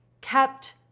kept